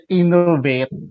innovate